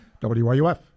WYUF